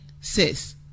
says